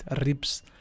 ribs